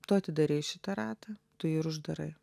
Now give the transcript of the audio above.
tu atidarei šitą ratą tu jį ir uždarai